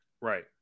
Right